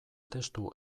testu